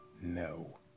No